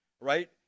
right